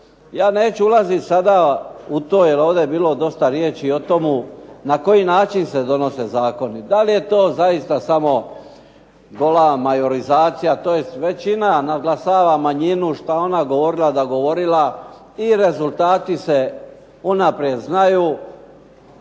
Ja neću ulaziti sada u to jer ovdje je bilo dosta riječi i o tomu na koji način se donose zakoni, da li je to zaista samo gola majorizacija, tj. većina nadglasava manjinu što je ona govorila da govorila i rezultati se unaprijed znaju,